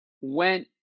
went